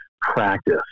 practice